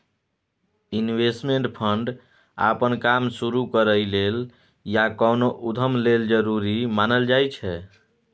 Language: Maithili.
इन्वेस्टमेंट फंड अप्पन काम शुरु करइ लेल या कोनो उद्यम लेल जरूरी मानल जाइ छै